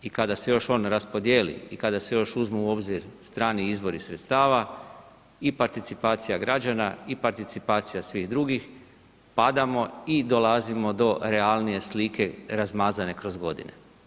I kada se još on raspodijeli i kada se još uzmu u obzir strani izvori sredstava i participacija građana i participacija svih drugih, padamo i dolazimo do realnije slike razmazane kroz godine.